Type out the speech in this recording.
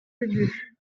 ubu